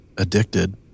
Addicted